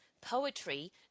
poetry